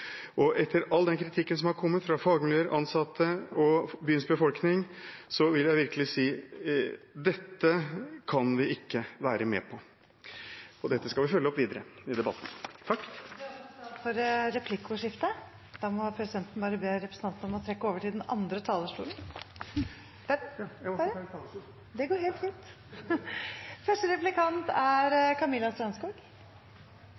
forankres. Etter all den kritikken som er kommet fra fagmiljøer, ansatte og byens befolkning, vil jeg virkelig si: Dette kan vi ikke være med på. – Dette skal vi følge opp videre i debatten. Det blir replikkordskifte. Vi blir flere eldre, vi lever lenger, og vi får færre arbeidstakere per pensjonist. Velferdsstaten vil få store utfordringer framover, og det vil bli behov for mer, ikke mindre, samarbeid for å